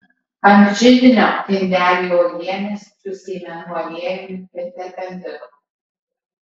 ant židinio indeliai uogienės su sėmenų aliejumi ir terpentinu